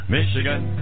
Michigan